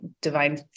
divine